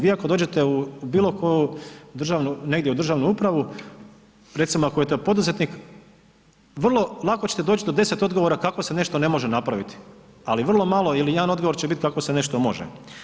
Vi ako dođete u bilo koju, negdje u državnu upravu, recimo ako to poduzetnik, vrlo lako ćete doći do 10 odgovora kako se nešto ne može napraviti, ali vrlo malo ili jedan odgovor će biti kako se nešto može.